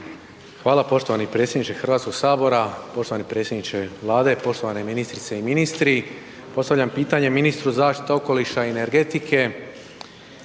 Hvala poštovani predsjedniče Hrvatskog sabora. Poštovani predsjedniče Vlade, poštovane ministrice i ministri. Postavljam pitanje ministru zaštite okoliša i energetike